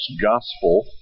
Gospel